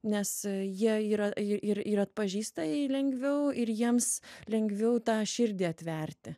nes jie yra ir ir atpažįsta i lengviau ir jiems lengviau tą širdį atverti